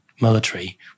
military